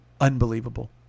Unbelievable